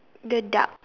the duck